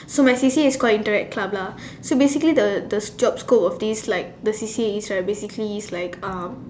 so my C_C_A is called interact club lah so basically the the job scope of this like the C_C_A is like basically it's like um